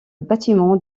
bâtiment